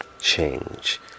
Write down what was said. Change